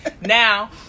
now